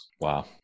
Wow